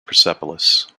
persepolis